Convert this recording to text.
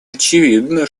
очевидно